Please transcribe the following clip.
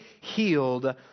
healed